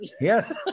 Yes